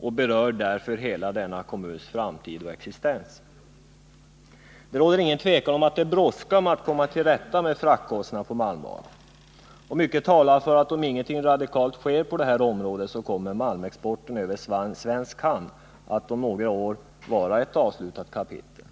och berör hela denna kommuns framtid och existens. Det råder inget tvivel om att det brådskar att komma till rätta med frågan om fraktkostnaderna. Mycket talar för att om inget radikalt sker på detta område, så kommer malmexporten över svensk hamn att om några år vara ett avslutat kapitel.